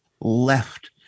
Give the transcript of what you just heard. left